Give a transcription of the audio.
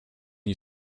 you